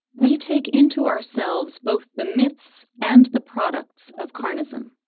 we take into ourselves both the myths and the products of carnism.